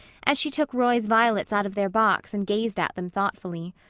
as she took roy's violets out of their box and gazed at them thoughtfully.